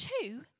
Two